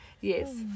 Yes